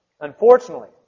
Unfortunately